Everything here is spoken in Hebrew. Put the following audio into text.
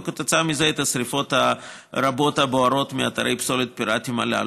וכתוצאה מזה את השרפות הרבות הבוערות באתרי הפסולת הפיראטיים הללו.